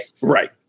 Right